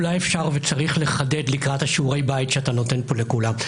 אולי אפשר וצריך לחדד לקראת שיעורי הבית שאתה נותן פה לכולם: